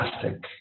plastic